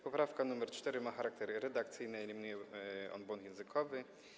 Poprawka nr 4 ma charakter redakcyjny, eliminuje ona błąd językowy.